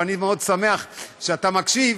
ואני מאוד שמח שאתה מקשיב,